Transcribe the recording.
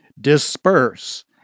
disperse